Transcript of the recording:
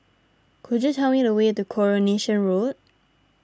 could you tell me the way to Coronation Road